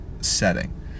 setting